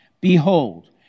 Behold